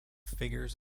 figures